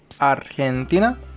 argentina